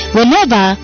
Whenever